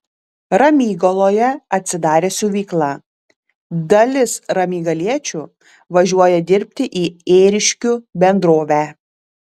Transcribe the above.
ramygaloje atsidarė siuvykla dalis ramygaliečių važiuoja dirbti į ėriškių bendrovę